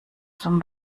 zum